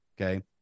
okay